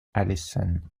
alison